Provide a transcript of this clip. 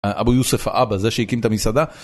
אבו יוסף האבא זה שהקים את המסעדה